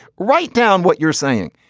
write down what you're saying.